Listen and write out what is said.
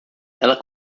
ela